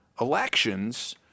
elections